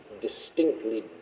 distinctly